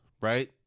right